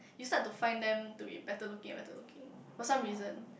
you start to find them to be better looking and better looking for some reason